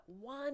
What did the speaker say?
one